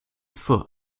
foot